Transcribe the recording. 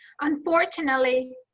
Unfortunately